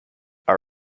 are